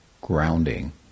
grounding